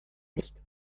nicht